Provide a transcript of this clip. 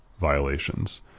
violations